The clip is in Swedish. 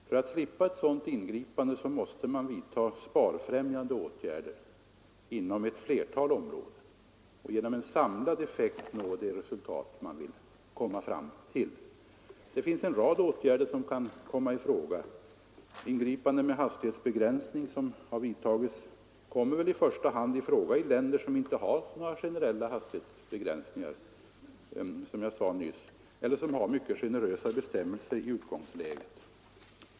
För att slippa ett sådant ingripande måste man vidta sparfrämjande åtgärder inom ett flertal områden och genom samlade insatser nå det resultat man vill komma fram till. Det finns en rad åtgärder som kan komma i fråga. Ingripande med hastighetsbegränsningar, som har vidtagits, kommer i första hand i fråga i länder som inte tidigare har några generella hastighetsbegränsningar eller som har mycket generösa bestämmelser i utgångsläget.